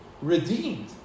redeemed